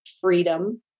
freedom